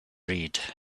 read